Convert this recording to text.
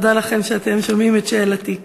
תודה לכם שאתם שומעים את שאלתי.